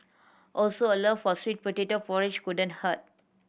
also a love for sweet potato porridge couldn't hurt